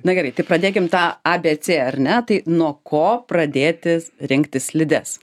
na gerai tai pradėkim tą abėcė ar ne tai nuo ko pradėtis rinktis slides